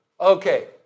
Okay